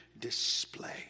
display